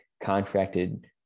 contracted